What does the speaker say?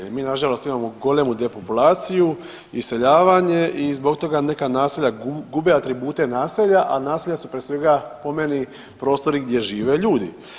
Mi nažalost imamo golemu depopulaciju, iseljavanje i zbog toga neka naselja gube atribute naselja, a naselja su prije svega po meni prostori gdje žive ljudi.